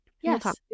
yes